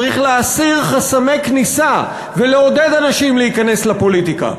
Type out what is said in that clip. צריך להסיר חסמי כניסה ולעודד אנשים להיכנס לפוליטיקה.